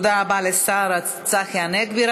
תודה רבה לשר צחי הנגבי.